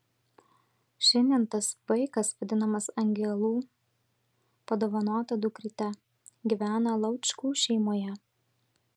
šiandien tas vaikas vadinamas angelų padovanota dukryte gyvena laučkų šeimoje